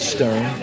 Stern